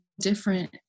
different